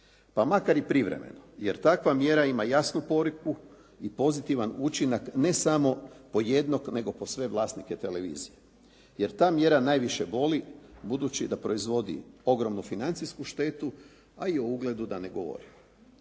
pa makar i privremeno, jer takva mjera ima jasnu poruku i pozitivan učinak ne samo po jednog, nego po sve vlasnike televizije. Jer ta mjera najviše boli budući da proizvodi ogromnu financijsku štetu, a i o ugledu da ne govorim.